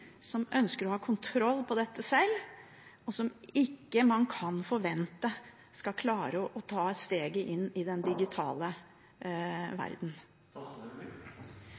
som ønsker å ha kontroll på dette selv, og som man ikke kan forvente skal klare å ta steget inn i den digitale